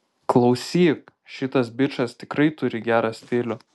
klausyk šitas bičas tikrai turi gerą stilių